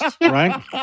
right